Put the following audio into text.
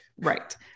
Right